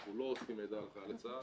אנחנו לא אוספים מידע על חיילי צה"ל.